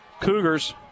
Cougars